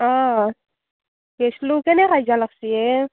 অঁ গেইছিলোঁ কেনে কাজিয়া লাগছি য়ে